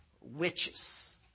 Witches